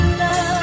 love